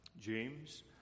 James